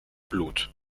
blut